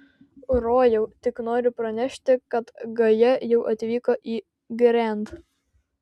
rojau tik noriu pranešti kad gaja jau atvyko į grand